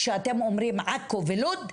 כשאתם אומרים עכו ולוד,